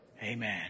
Amen